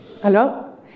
Hello